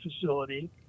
facility